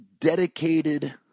dedicated